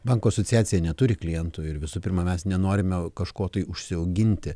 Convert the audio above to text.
bankų asociacija neturi klientų ir visų pirma mes nenorime kažko tai užsiauginti